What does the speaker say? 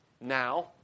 now